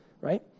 right